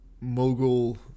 mogul